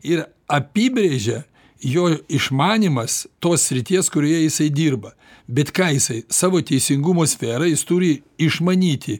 ir apibrėžia jo išmanymas tos srities kurioje jisai dirba bet ką jisai savo teisingumo sferą jis turi išmanyti